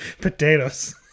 potatoes